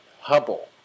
Hubble